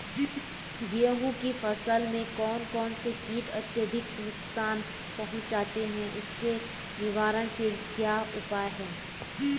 गेहूँ की फसल में कौन कौन से कीट अत्यधिक नुकसान पहुंचाते हैं उसके निवारण के क्या उपाय हैं?